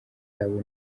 yabo